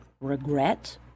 regret